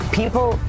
people